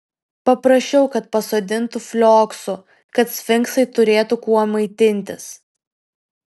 paprašiau kad pasodintų flioksų kad sfinksai turėtų kuo maitintis